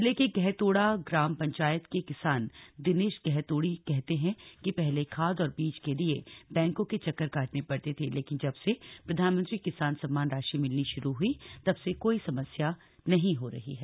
जिले के गहतोड़ा ग्राम पंचायत के किसान दिनेश गहतोड़ी कहते हैं कि पहले खाद और बीज के लिए बैंकों के चक्कर काटने पड़ते थे लेकिन जब से प्रधानमंत्री किसान सम्मान राशि मिलनी शुरू हुई तब से कोई समस्या नहीं हो रही है